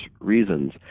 reasons